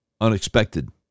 unexpected